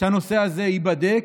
שהנושא הזה ייבדק,